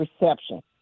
reception